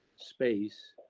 space,